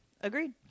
Agreed